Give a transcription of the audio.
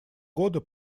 года